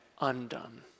undone